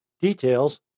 Details